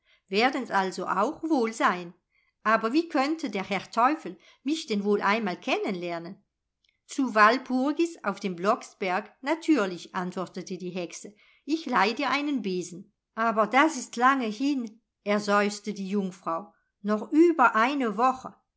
vor werden's also auch wohl sein aber wie könnte der herr teufel mich denn wohl einmal kennen lernen zu walpurgis auf dem blocksberg natürlich antwortete die hexe ich leih dir einen besen aber das ist lange hin erseufzte die jungfrau noch über eine woche